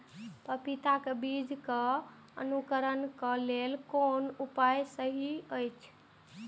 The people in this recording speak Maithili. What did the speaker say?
पपीता के बीज के अंकुरन क लेल कोन उपाय सहि अछि?